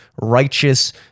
righteous